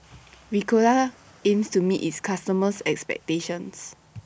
Ricola aims to meet its customers expectations